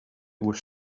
was